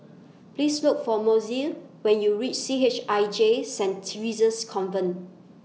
Please Look For Mozell when YOU REACH C H I J Saint Theresa's Convent